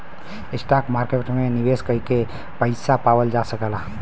stock market में निवेश करके पइसा पावल जा सकला